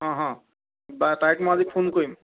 অঁ অঁ বা তাইক মই আজি ফোন কৰিম